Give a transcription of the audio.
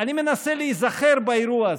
אני מנסה להיזכר באירוע הזה.